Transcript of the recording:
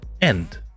end